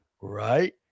right